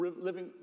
living